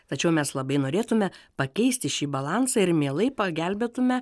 tačiau mes labai norėtume pakeisti šį balansą ir mielai pagelbėtume